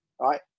right